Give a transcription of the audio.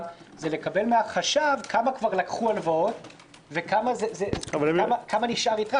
לקבל מהחשב כמה כבר לקחו הלוואת וכמה נשאר לך,